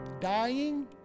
dying